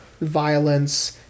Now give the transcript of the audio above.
violence